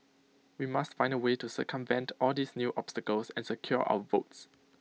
we must find A way to circumvent all these new obstacles and secure our votes